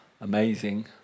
amazing